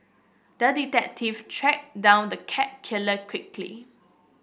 the detective tracked down the cat killer quickly